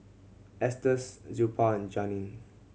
Estes Zilpah and Janine